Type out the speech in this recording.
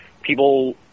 people